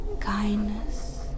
kindness